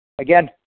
again